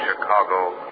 Chicago